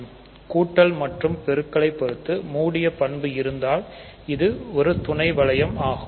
இது கூட்டல் மற்றும் பெருக்கல் பொறுத்து மூடிய பண்பு இருந்தால் இது ஒரு துணை வளையம் ஆகும்